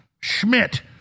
Schmidt